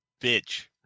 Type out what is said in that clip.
bitch